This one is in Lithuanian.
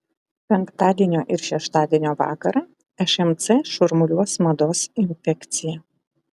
penktadienio ir šeštadienio vakarą šmc šurmuliuos mados infekcija